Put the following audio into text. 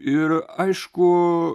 ir aišku